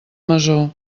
masó